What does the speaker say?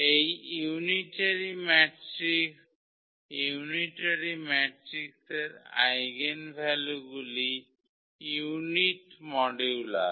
এই unitary matrix unitary ম্যাট্রিক্সের আইগেনভ্যালুগুলি ইউনিট মডুলাস